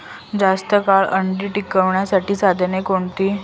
जास्त काळ अंडी टिकवण्यासाठी साधने कोणती?